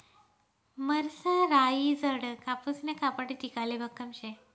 मरसराईजडं कापूसनं कापड टिकाले भक्कम शे